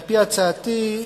על-פי הצעתי,